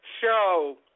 show